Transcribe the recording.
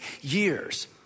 years